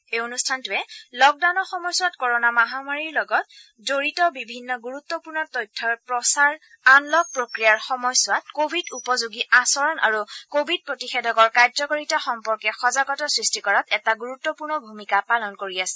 এই অনুষ্ঠানটোৱে লক্ডাউনৰ সময়ছোৱাত কৰনা মহামাৰীৰ লগত জড়িত বিভিন্ন গুৰুত্বপূৰ্ণ তথ্যৰ প্ৰচাৰ আনলক্ প্ৰক্ৰিয়াৰ সময়ছোৱাত কভিড উপযোগী আচৰণ আৰু কভিড প্ৰতিষেধকৰ কাৰ্যকাৰিতা সম্পৰ্কে সজাগতা সৃষ্টি কৰাত এটা গুৰুত্বপূৰ্ণ ভূমিকা পালন কৰি আছে